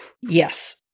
Yes